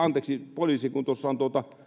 poliisi kun on